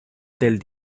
del